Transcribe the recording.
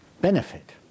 benefit